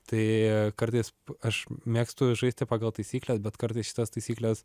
tai kartais aš mėgstu žaisti pagal taisykles bet kartais šitas taisykles